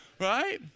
Right